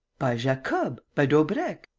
by jacob. by daubrecq.